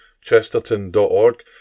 chesterton.org